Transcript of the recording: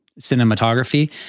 cinematography